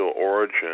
origin